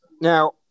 Now